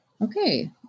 okay